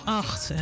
acht